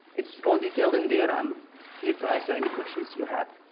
it's all detailed in there. i'm here to answer any questions you have.